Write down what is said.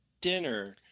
dinner